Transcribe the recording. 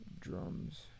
drums